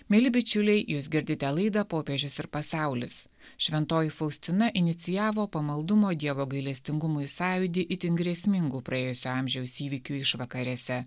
mieli bičiuliai jūs girdite laidą popiežius ir pasaulis šventoji faustina inicijavo pamaldumo dievo gailestingumui sąjūdį itin grėsmingų praėjusio amžiaus įvykių išvakarėse